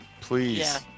please